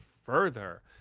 further